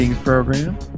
program